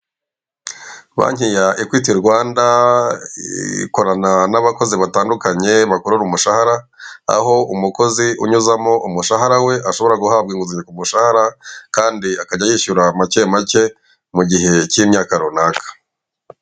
Banki ya Ekwiti Rwanda ikorana n'abakozi batandukanye bakorera umushahara, aho umukozi unyuzamo umushahara we ashobora guhabwa inguzanyo ku mushahara kandi akajya yishyura make make mu gihe kimyaka runaka.